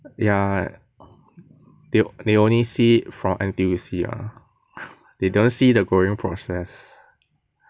ya they'll they'll only see from N_T_U_C lah they don't see the growing process